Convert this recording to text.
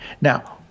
Now